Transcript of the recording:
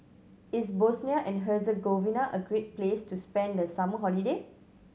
is Bosnia and Herzegovina a great place to spend the summer holiday